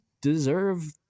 deserve